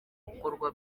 gukorwa